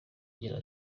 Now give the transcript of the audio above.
agira